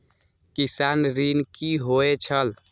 किसान ऋण की होय छल?